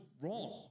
wrong